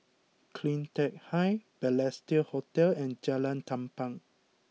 Cleantech Height Balestier Hotel and Jalan Tampang